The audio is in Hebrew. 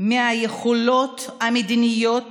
מהיכולות המדיניות